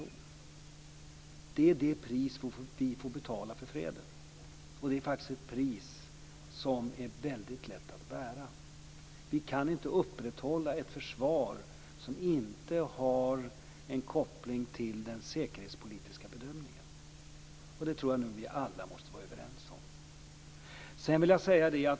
Det här är alltså det pris vi får betala för freden - ett pris som det faktiskt är väldigt lätt att bära. Vi kan inte upprätthålla ett försvar som inte har koppling till den säkerhetspolitiska bedömningen. Det tror jag att vi alla måste vara överens om.